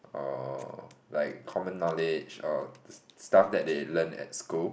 or like common knowledge or stuff that they learn at school